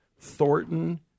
Thornton